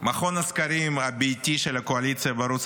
ומכון הסקרים הביתי של הקואליציה בערוץ